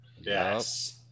Yes